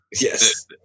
Yes